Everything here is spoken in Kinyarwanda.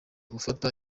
gufata